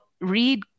read